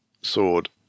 sword